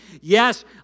yes